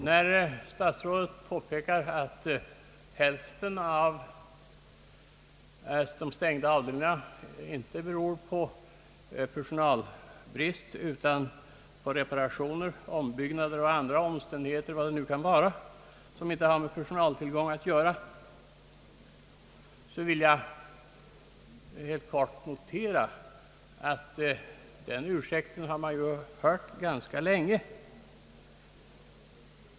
När statsrådet påpekar att hälften av de stängda avdelningarna inte stängts på grund av personalbrist utan på grund av reparationer, ombyggnader och andra omständigheter — vilka de nu kan vara — som inte har med personaltillgången att göra, så vill jag helt kort notera att vi har hört den ursäkten ganska länge.